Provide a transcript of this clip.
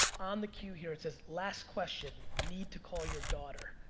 on the queue here it says, last question. need to call your daughter.